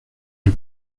del